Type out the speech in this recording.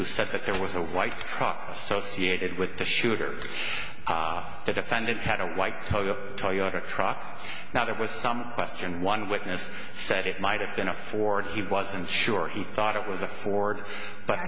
who said that there was a white truck associated with the shooter the defendant had a white coat a toyota truck now there was some question one witness said it might have been a ford he wasn't sure he thought it was a ford but